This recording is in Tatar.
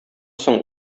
соң